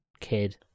kid